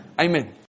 Amen